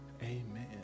Amen